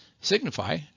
Signify